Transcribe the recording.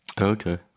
Okay